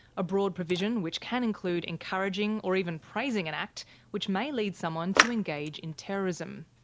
a broad provision which can include encouraging or even praising an act which may lead someone to engage in terrorism.